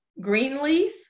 Greenleaf